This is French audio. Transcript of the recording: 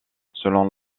selon